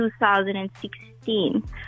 2016